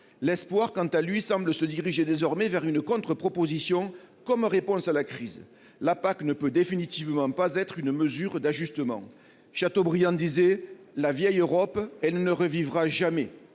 L'espoir, quant à lui, semble se diriger désormais vers une contre-proposition comme réponse à la crise. La PAC ne peut définitivement pas être une mesure d'ajustement. Chateaubriand disait :« La vieille Europe, elle ne revivra jamais ;